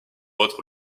autres